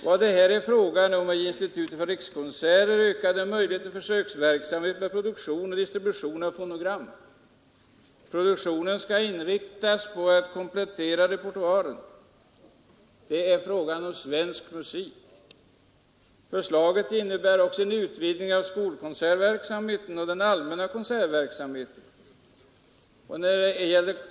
Vad det är fråga om är att ge Institutet för rikskonserter ökad möjlighet till försöksverksamhet med produktion och distribution av fonogram. Produktionen skall inriktas på att komplettera repertoaren. Det är fråga om svensk musik. Förslaget innebär också en utvidgning av skolkonsertverksamheten och den allmänna konsertverksamheten.